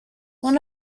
when